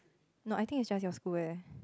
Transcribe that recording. not I think is just your school eh